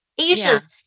Asia's-